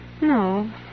No